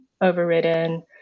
overridden